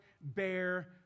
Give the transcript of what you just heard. bear